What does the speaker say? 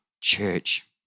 church